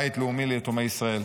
בית לאומי ליתומי ישראל.